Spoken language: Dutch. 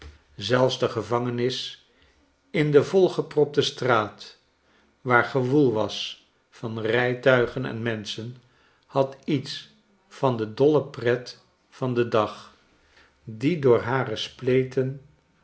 zelfs de gevangenis in de volgepropte straat waar gewoel was van rijtuigen en menschen had iets van de dolle pret van den dag die door hare spleten